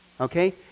okay